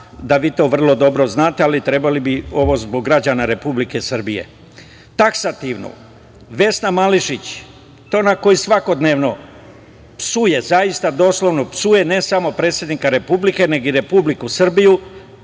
da vi to vrlo dobro znate, ali trebali bi ovo reći zbog građana Republike Srbije. Taksativno, Vesna Mališić, to je ona koja svakodnevno psuje, zaista doslovno psuje, ne samo predsednika Republike, nego i Republiku Srbiju,